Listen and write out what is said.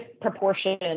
proportion